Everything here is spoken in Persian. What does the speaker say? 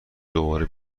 دوباره